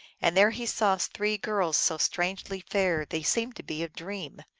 and there he saw three girls so strangely fair they seemed to be a dream.